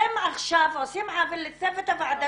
אתם עכשיו עושים עוול לצוות הוועדה